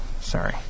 sorry